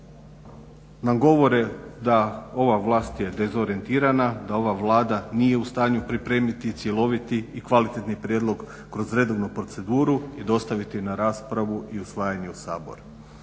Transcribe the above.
nam govore da ova vlast je dezorijentirana, da ova Vlada nije u stanju pripremiti cjeloviti i kvalitetni prijedlog kroz redovnu proceduru i dostaviti je na raspravu i usvajanje u Sabor,